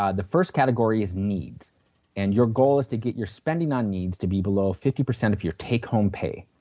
ah the first category is needs and your goal is to get your spending on needs to be below fifty percent of your take home pay.